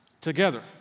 together